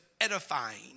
edifying